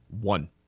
One